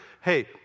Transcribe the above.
hey